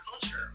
culture